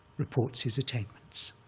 reports his attainments,